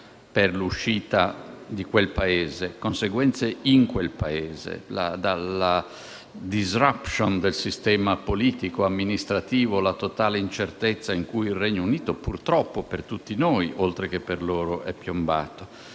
per l'uscita di quel Paese: conseguenze in quel Paese, dalla *disruption* del sistema politico‑amministrativo, alla totale incertezza in cui il Regno Unito, purtroppo per tutti noi (oltre che per loro), è piombato.